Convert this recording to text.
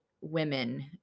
women